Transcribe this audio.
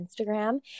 instagram